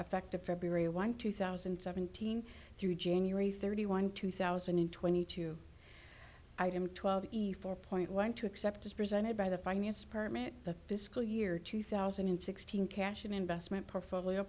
affected february one two thousand and seventeen through january thirty one two thousand and twenty two item twelve easy four point one two accept as presented by the finance permit the fiscal year two thousand and sixteen cash and investment portfolio